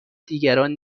دیگران